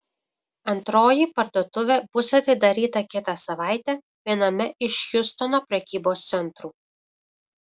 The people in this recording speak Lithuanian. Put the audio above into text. antroji parduotuvė bus atidaryta kitą savaitę viename iš hjustono prekybos centrų